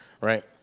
right